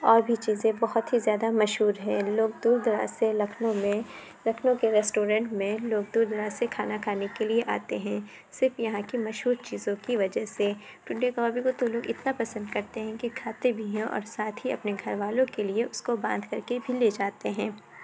اور بھی چیزیں بہت ہی زیادہ مشہور ہیں لوگ دور دراز سے لکھنؤ میں لکھنؤ کے ریسٹورینٹ میں لوگ دور دراز سے کھانا کھانے کے لیے آتے ہیں صرف یہاں کی مشہور چیزوں کی وجہ سے ٹنڈے کبابی کو تو لوگ اتنا پسند کرتے ہیں کہ کھاتے بھی ہیں اور ساتھ ہی اپنے گھر والوں کے لیے اُس کو باندھ کر کے بھی لے جاتے ہیں